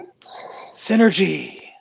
Synergy